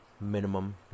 minimum